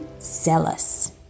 zealous